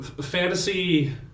Fantasy